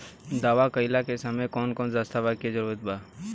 दावा कईला के समय कौन कौन दस्तावेज़ के जरूरत बा?